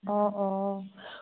অ অ